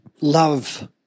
love